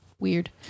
weird